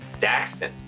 Daxton